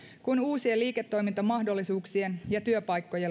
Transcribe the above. kuin uusien liiketoimintamahdollisuuksien ja työpaikkojen